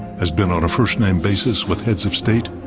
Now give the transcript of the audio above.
has been on first-name basis with heads of state,